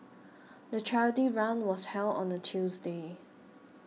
the charity run was held on a Tuesday